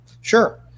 Sure